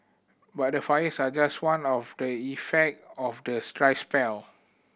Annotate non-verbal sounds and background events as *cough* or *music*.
but the fires are just one of the effect of the *unintelligible* dry spell